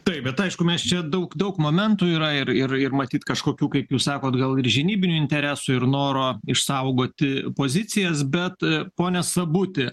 taip bet aišku mes čia daug daug momentų yra ir ir ir matyt kažkokių kaip jūs sakote gal ir žinybinių interesų ir noro išsaugoti pozicijas bet pone sabuti